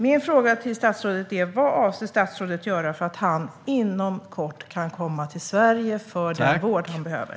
Min fråga till statsrådet är: Vad avser statsrådet att göra för att han inom kort ska kunna komma till Sverige för den vård han behöver?